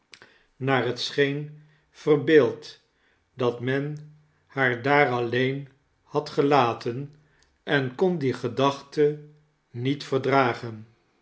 het scheen verbeeld dat men haar daar alleen had gelaten en kon die gedachte niet verdragen